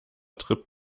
tripp